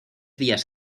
días